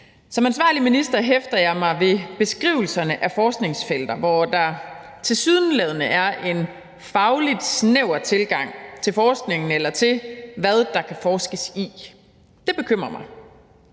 Som ansvarlig minister hæfter jeg mig ved beskrivelserne af forskningsfelter, hvor der tilsyneladende er en fagligt snæver tilgang til forskningen eller til, hvad der kan forskes i. Det bekymrer mig,